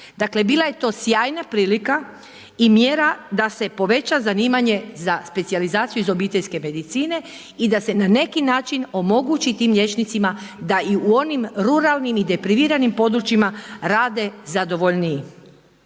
Dakle bila je to sjajna prilika i mjera da se poveća zanimanje za specijalizaciju iz obiteljske medicine i da se na neki način omogući tim liječnicima da i u onim ruralnim i depriviranim područjima rade zadovoljniji.